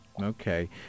Okay